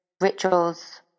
rituals